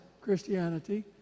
Christianity